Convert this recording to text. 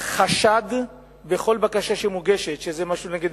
חשד בכל בקשה שמוגשת שזה משהו נגד